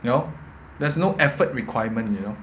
you know there's no effort requirement you know